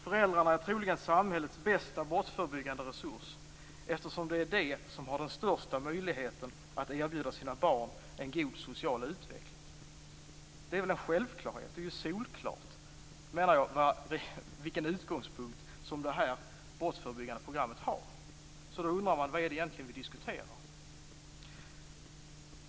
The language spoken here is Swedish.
Föräldrarna är troligen samhällets bästa brottsförebyggande resurs, eftersom det är de som har den största möjligheten att erbjuda sina barn en god social utveckling." Det är väl en självklarhet. Det är ju solklart vilken utgångspunkt det här brottsförebyggande programmet har. Vad är det egentligen vi diskuterar?